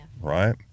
right